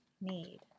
need